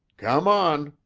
come on,